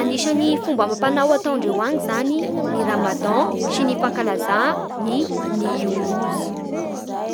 Anisan'ny fomba amampanao ataondreo any zany ny ramadan sy ny fankalaza ny yoyoso